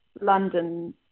London